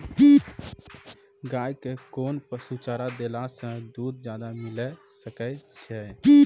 गाय के कोंन पसुचारा देला से दूध ज्यादा लिये सकय छियै?